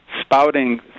spouting